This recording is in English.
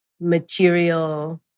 material